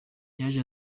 yaje